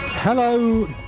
Hello